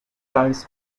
turns